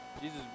Jesus